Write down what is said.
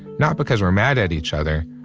not because we're mad at each other,